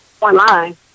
online